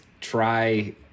try